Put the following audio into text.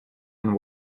and